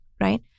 right